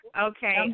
Okay